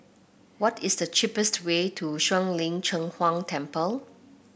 what is the cheapest way to Shuang Lin Cheng Huang Temple